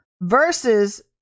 versus